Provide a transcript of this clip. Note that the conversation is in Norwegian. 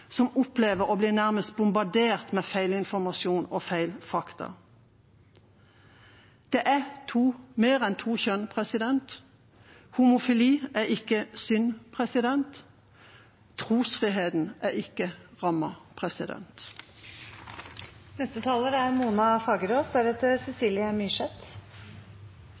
som opplever å bli nærmest bombardert med feilinformasjon og feil fakta. Det er mer enn to kjønn. Homofili er ikke synd. Trosfriheten er ikke rammet. Den 11. januar 1973 sto min onkel Nils fram på forsiden av VG sammen med sin forlovede, Waldemar. «– Vi er